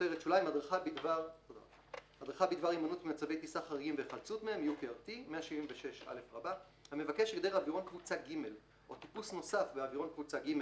הדרכה בדבר הימנעות ממצבי טיסה חריגים והיחלצות מהם (UPRT) 176א. המבקש הגדר אווירון קבוצה ג' או טיפוס נוסף באווירון קבוצה ג',